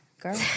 girl